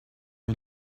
are